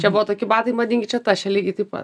ne čia buvo tokie batai madingi čia tas čia lygiai taip pat